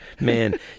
man